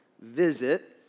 visit